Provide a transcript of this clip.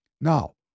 Now